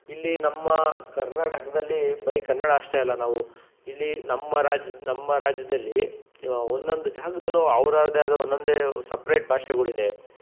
ಇಲ್ಲಿ ನಮ್ಮ ಕರ್ನಾಟಕದಲ್ಲಿ ಬರೀ ಕನ್ನಡ ಅಷ್ಟೆ ಅಲ್ಲ ನಾವು ಇಲ್ಲಿ ನಮ್ಮ ರಾಜ್ಯದ ನಮ್ಮ ರಾಜ್ಯದಲ್ಲಿ ಒಂದೊಂದು ಜಾಗದಲ್ಲೂ ಅವ್ರದ್ದೇ ಆದ ಒಂದೊಂದೇ ಸಪ್ರೇಟ್ ಭಾಷೆಗಳಿದೆ